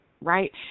right